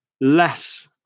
less